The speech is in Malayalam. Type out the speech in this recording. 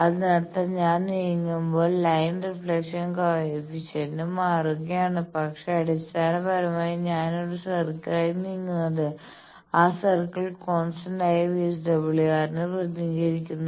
അതിനർത്ഥം ഞാൻ നീങ്ങുമ്പോൾ ലൈൻ റിഫ്ളക്ഷൻ കോയെഫിഷ്യന്റ് മാറുകയാണ് പക്ഷേ അടിസ്ഥാനപരമായി ഞാൻ ഒരു സർക്കിളിലാണ് നീങ്ങുന്നത് ആ സർക്കിൾ കോൺസ്റ്റന്റായ VSWR നെ പ്രതിനിധീകരിക്കുന്നു